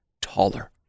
taller